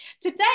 today